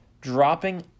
dropping